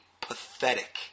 pathetic